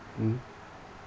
mm